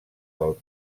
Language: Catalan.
del